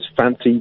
fancy